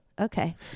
Okay